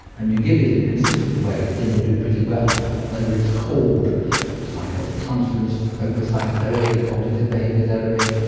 and you give it in a consistent way, then you'll do pretty well, whether it's called psychotransference, focused psychotherapy, cognitive behavioural therapy,